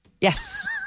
Yes